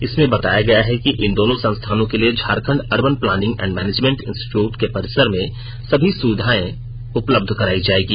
इसमें बताया गया है कि इन दोनों संस्थानों के लिए Jharkhand urban planning and management institute के परिसर में सभी सुविधाएं उपलब्ध कराई जाएगी